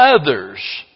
others